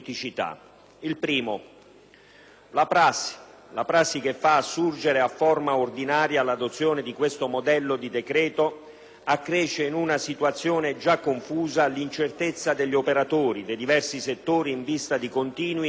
la prassi che fa assurgere a forma ordinaria l'adozione di questo modello di decreto accresce, in una situazione già confusa, l'incertezza degli operatori dei diversi settori in vista di continui e sistematici rinvii.